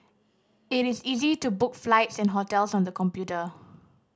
it is easy to book flights and hotels on the computer